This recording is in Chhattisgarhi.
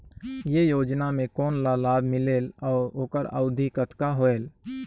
ये योजना मे कोन ला लाभ मिलेल और ओकर अवधी कतना होएल